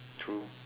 true